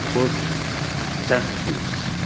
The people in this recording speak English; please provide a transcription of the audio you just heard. with centrifuges,